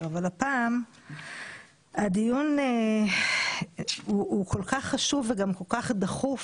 אבל הפעם הדיון הוא כל כך חשוב וגם כל כך דחוף